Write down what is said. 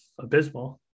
Abysmal